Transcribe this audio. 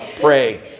Pray